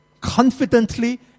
confidently